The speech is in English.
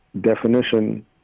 definition